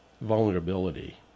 Vulnerability